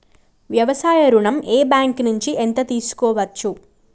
వ్యవసాయ ఋణం ఏ బ్యాంక్ నుంచి ఎంత తీసుకోవచ్చు?